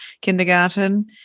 kindergarten